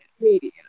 media